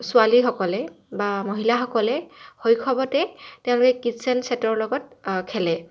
ছোৱালীসকলে বা মহিলাসকলে শৈশৱতে তেওঁলোকে কিটচ্ছেন ছেটৰ লগত খেলে